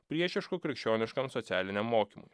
priešišku krikščioniškam socialiniam mokymui